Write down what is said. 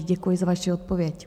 Děkuji za vaši odpověď.